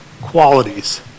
qualities